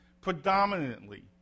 predominantly